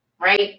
right